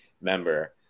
member